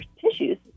tissues